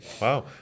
Wow